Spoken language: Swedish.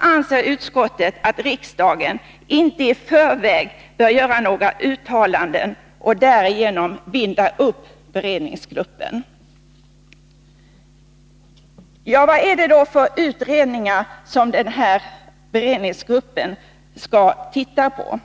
anser utskottet att riksdagen inte i förväg bör göra några uttalanden och därigenom binda upp beredningsgruppen. Vad är det då för utredningar som denna beredningsgrupp skall se på?